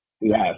Yes